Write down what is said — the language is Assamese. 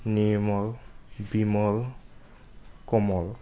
নিৰ্মল বিমল কমল